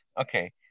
Okay